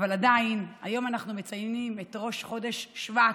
אבל עדיין, היום אנחנו מציינים את ראש חודש שבט.